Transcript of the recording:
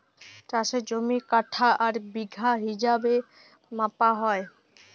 চাষের জমি কাঠা আর বিঘা হিছাবে মাপা হ্যয়